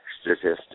statistics